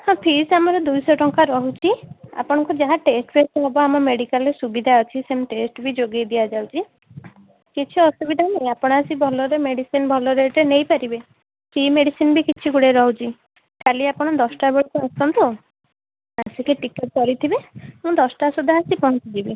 ହଁ ଫିସ୍ ଆମର ଦୁଇଶହ ଟଙ୍କା ରହୁଛି ଆପଣଙ୍କୁ ଯାହା ଟେଷ୍ଟ ଫେଷ୍ଟ ହବ ଆମ ମେଡ଼ିକାଲରେ ସୁବିଧା ଅଛି ସେମିତି ଟେଷ୍ଟ ବି ଯୋଗାଇ ଦିଆଯାଉଛି କିଛି ଅସୁବିଧା ନାହିଁ ଆପଣ ଆସି ଭଲରେ ମେଡ଼ିସିନ ଭଲ ରେଟ୍ରେ ନେଇପାରିବେ ଫ୍ରି ମେଡ଼ିସିନ ବି କିଛି ଗୁଡ଼ାଏ ରହୁଛି କାଲି ଆପଣ ଦଶଟା ବେଳକୁ ଆସନ୍ତୁ ଆସିକି ଟିକେଟ୍ କରିଥିବେ ମୁଁ ଦଶଟା ସୁଦ୍ଧା ଆସି ପହଞ୍ଚିଯିବି